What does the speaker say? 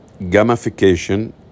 gamification